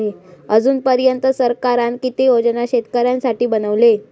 अजून पर्यंत सरकारान किती योजना शेतकऱ्यांसाठी बनवले?